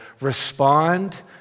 respond